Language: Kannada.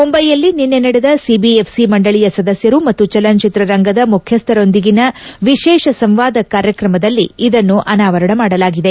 ಮುಂಬೈಯಲ್ಲಿ ನಿನ್ನೆ ನಡೆದ ಸಿಬಿಎಫ್ಸಿ ಮಂಡಳಿಯ ಸದಸ್ಯರು ಮತ್ತು ಚಲನಚಿತ್ರ ರಂಗದ ಮುಖ್ಖಸ್ಲರೊಂದಿಗೆ ನಡೆದ ವಿಶೇಷ ಸಂವಾದ ಕಾರ್ಯಕ್ರಮದಲ್ಲಿ ಇದನ್ನು ಅನಾವರಣ ಮಾಡಲಾಗಿದೆ